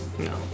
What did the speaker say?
No